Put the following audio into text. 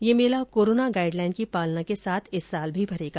यह मेला corona guideline की पालना के साथ इस साल भी भरेगा